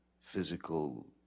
physical